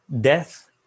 Death